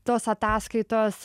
tos ataskaitos